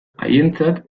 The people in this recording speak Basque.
haientzat